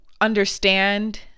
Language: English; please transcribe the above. understand